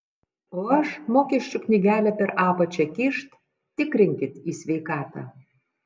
o aš mokesčių knygelę per apačią kyšt tikrinkit į sveikatą